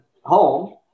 home